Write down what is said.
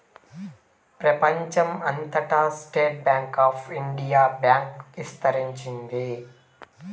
ప్రెపంచం అంతటా state bank of India bank ఇస్తరించింది